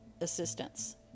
assistance